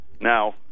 now